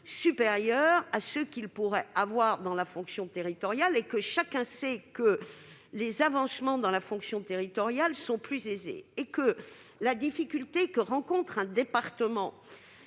supérieurs à ceux qu'ils pourraient avoir dans la fonction publique territoriale. En outre, chacun sait que les avancements dans la fonction territoriale sont plus aisés et que la difficulté que rencontre un département